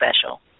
special